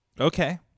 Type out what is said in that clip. Okay